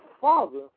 Father